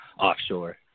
offshore